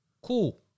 Cool